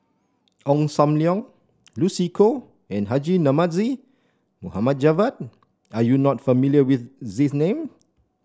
Ong Sam Leong Lucy Koh and Haji Namazie Mohd Javad are you not familiar with these name